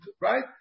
Right